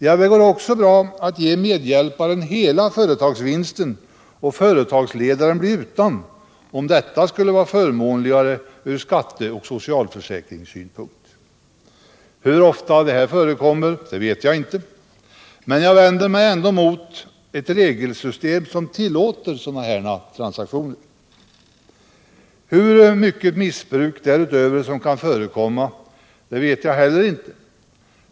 Ja, det går också bra att ge medhjälparen hela företagsvinsten och låta företagsledaren bli utan, om detta skulle vara förmånligare från skatte och socialförsäkringssynpunkt. Hur ofta detta förekommer vet jag inte, men jag vänder mig ändå mot ett regelsystem som tillåter sådana här trunsaktioner. Hur stort missbruk därutöver som kan förekomma vet jag heller inte.